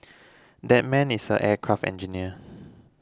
that man is an aircraft engineer